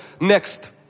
next